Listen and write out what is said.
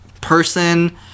person